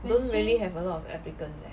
don't really have a lot of applicants eh